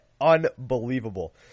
unbelievable